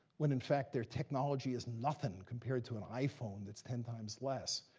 when, in fact, their technology is nothing compared to an iphone that's ten times less?